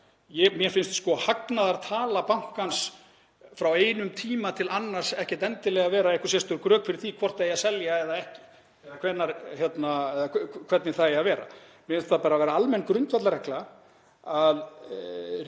Mér finnst hagnaðartala bankans frá einum tíma til annars ekkert endilega vera einhver sérstök rök fyrir því hvort eigi að selja eða ekki eða hvernig það eigi að vera. Mér finnst það bara vera almenn grundvallarregla að